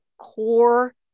core